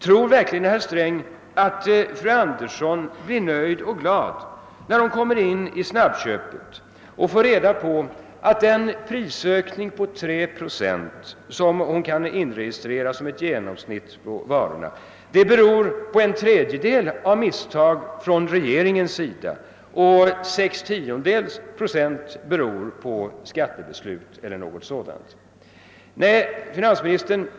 Tror verkligen finansminister Sträng att fru Andersson blir nöjd och glad när hon kommer in i snabbköpet och får reda på att den prisökning på 3 procent som hon kan inregistrera som elt genomsnitt på varorna till en tredjedel beror på misstag från regeringens sida och till 0,6 procent beror på skattebeslut eller någonting sådant?